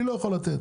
אני לא יכול לתת.